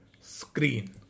screen